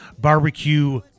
barbecue